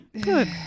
Good